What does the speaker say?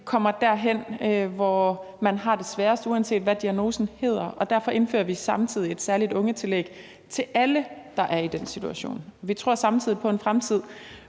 kommer derhen, hvor man har det sværest, uanset hvad diagnosen hedder. Og derfor indfører vi samtidig et særligt ungetillæg til alle, der er i den situation. Vi tror samtidig på en fremtid